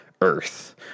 earth